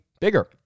bigger